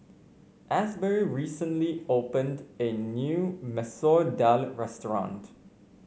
Asberry recently opened a new Masoor Dal Restaurant